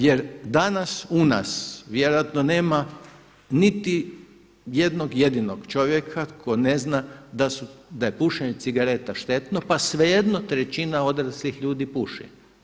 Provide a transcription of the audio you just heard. Jer danas u nas vjerojatno nema niti jednog jedinog čovjeka koji ne zna da je pušenje cigareta štetno pa svejedno trećina odraslih ljudi puši.